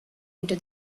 into